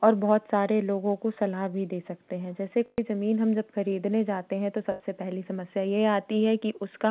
और बहुत सारे लोगों को सलाह भी दे सकते हैं जैसे कोई जमीन जब हम खरीदने जाते हैं तो सबसे पहली समस्या ये आती है कि उसका